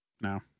No